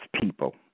people